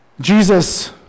Jesus